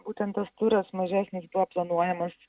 būtent tas turas mažesnis buvo planuojamas